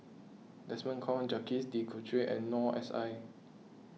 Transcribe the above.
Desmond Kon Jacques De Coutre and Noor S I